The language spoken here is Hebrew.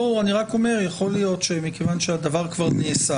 יכול להיות שמכיוון שהדבר כבר נעשה